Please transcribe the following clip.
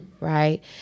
right